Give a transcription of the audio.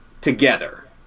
together